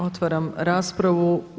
Otvaram raspravu.